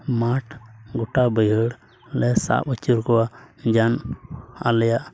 ᱜᱚᱴᱟ ᱢᱟᱴᱷ ᱜᱚᱴᱟ ᱵᱟᱹᱭᱦᱟᱹᱲ ᱞᱮ ᱥᱟᱵ ᱟᱹᱪᱩᱨᱨ ᱠᱚᱣᱟ ᱡᱟᱝ ᱟᱞᱮᱭᱟᱜ